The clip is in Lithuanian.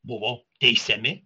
buvo teisiami